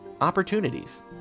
opportunities